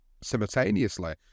simultaneously